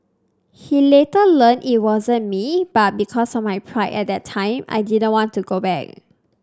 he later learned it wasn't me but because of my pride at that time I didn't want to go back